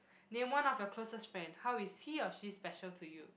name one of your closest friend how is he or she special to you